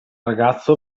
ragazzo